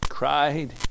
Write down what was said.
Cried